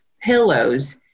pillows